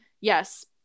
yes